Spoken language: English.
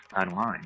online